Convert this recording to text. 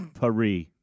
paris